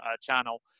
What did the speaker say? channel